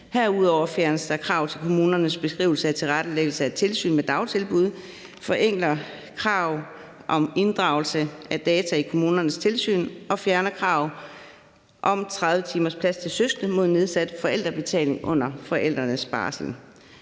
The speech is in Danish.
Herudover fjerner det kravet til kommunernes beskrivelse af tilrettelæggelsen af tilsynet med dagtilbud, det forenkler kravet om inddragelse af data i kommunernes tilsyn, og det fjerner kravet om 30-timerspladser til søskende mod nedsat forældrebetaling under forældrenes barsel.